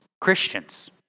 Christians